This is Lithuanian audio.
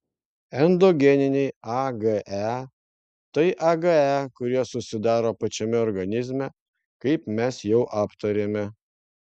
endogeniniai age tai age kurie susidaro pačiame organizme kaip mes jau aptarėme